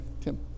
Tim